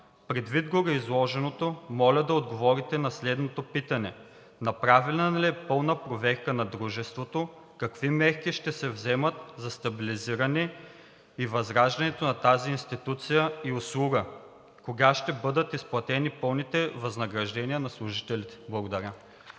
Предвид гореизложеното, моля да отговорите на следното питане: направена ли е пълна проверка на дружеството, какви мерки ще се вземат за стабилизирането и възраждането на тази институция и услуга? Кога ще бъдат изплатени пълните възнаграждения на служителите? Благодаря.